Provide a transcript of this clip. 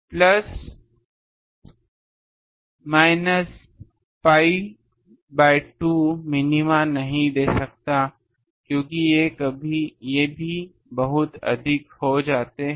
plus minus pi by 2 minima नहीं देता क्योंकि ये भी बहुत अधिक हो जाते हैं